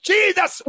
Jesus